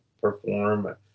perform